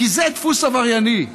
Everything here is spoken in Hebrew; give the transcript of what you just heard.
כי זה דפוס עברייני.